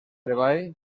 treball